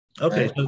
Okay